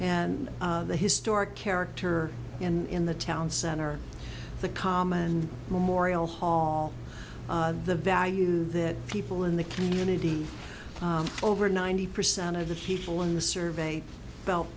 and the historic character in the town center the common memorial hall the value that people in the community over ninety percent of the people in the survey felt